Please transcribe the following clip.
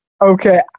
Okay